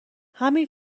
همین